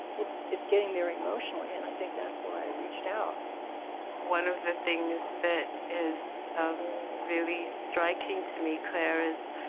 it's it's getting there emotionally. and i think that's why i reached out one of the things that is um really striking to me, claire, is